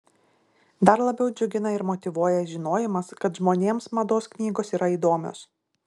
dar labiau džiugina ir motyvuoja žinojimas kad žmonėms mados knygos yra įdomios